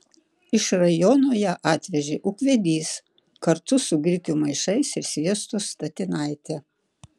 iš rajono ją atvežė ūkvedys kartu su grikių maišais ir sviesto statinaite